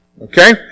Okay